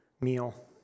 meal